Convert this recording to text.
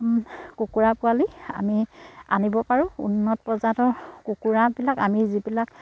কুকুৰা পোৱালি আমি আনিব পাৰোঁ উন্নত জাতৰ কুকুৰাবিলাক আমি যিবিলাক